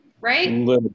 right